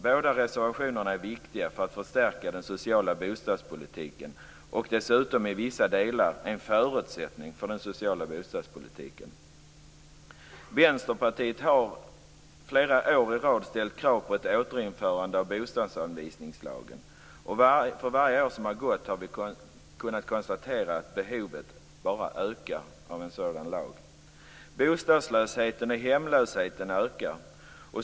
Båda reservationerna är viktiga för att förstärka den sociala bostadspolitiken och är dessutom i vissa delar en förutsättning för den sociala bostadspolitiken. Vänsterpartiet har flera år i rad ställt krav på ett återinförande av bostadsanvisningslagen. För varje år som har gått har vi kunnat konstatera att behovet av en sådan lag bara ökar. Bostadslösheten och hemlösheten ökar.